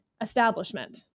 establishment